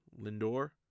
Lindor